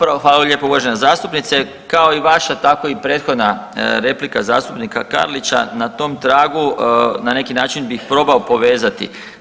Pa upravo, hvala vam lijepo uvažena zastupnice, kao i vaša tako i prethodna replika zastupnika Karlića na tom tragu na neki način bih probao povezati.